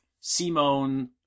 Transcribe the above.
Simone